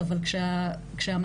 רק בשלב שהם נאשמים,